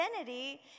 identity